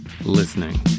listening